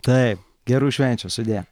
taip gerų švenčių sudie